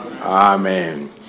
Amen